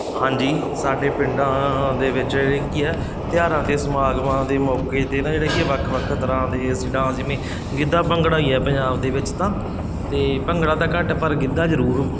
ਹਾਂਜੀ ਸਾਡੇ ਪਿੰਡਾਂ ਦੇ ਵਿੱਚ ਕੀ ਆ ਤਿਉਹਾਰਾਂ 'ਤੇ ਸਮਾਗਮਾਂ ਦੇ ਮੌਕੇ 'ਤੇ ਨਾ ਜਿਹੜੀ ਕਿ ਵੱਖ ਵੱਖ ਤਰ੍ਹਾਂ ਦੇ ਡਾਂਸ ਜਿਵੇਂ ਗਿੱਧਾ ਭੰਗੜਾ ਈ ਆ ਪੰਜਾਬ ਦੇ ਵਿੱਚ ਤਾਂ ਅਤੇ ਭੰਗੜਾ ਤਾਂ ਘੱਟ ਪਰ ਗਿੱਧਾ ਜ਼ਰੂਰ